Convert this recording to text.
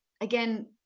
again